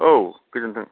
औ गोजोनथों